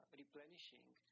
replenishing